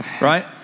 right